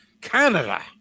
Canada